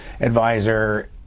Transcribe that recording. advisor